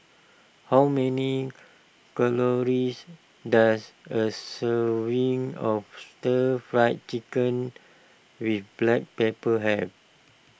how many calories does a serving of Stir Fry Chicken with Black Pepper have